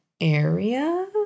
area